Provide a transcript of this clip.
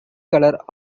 color